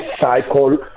cycle